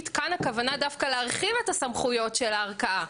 כאן הכוונה דווקא להרחיב את הסמכויות של הערכאה,